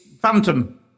phantom